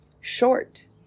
short